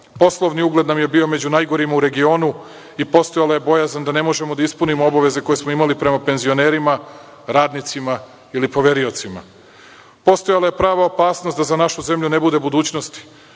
poslovni ugled nam je bio među najgorima u regionu i postojala je bojazan da ne možemo da ispunimo obaveze koje smo imali prema penzionerima, radnicima ili poveriocima. Postojala je prava opasnost da za našu zemlju ne bude budućnosti,